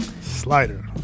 Slider